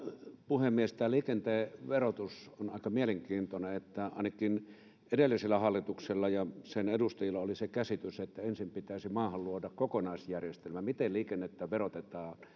puhemies tämä liikenteen verotus on aika mielenkiintoinen asia ainakin edellisellä hallituksella ja sen edustajilla oli se käsitys että ensin pitäisi maahan luoda kokonaisjärjestelmä miten liikennettä verotetaan